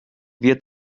wir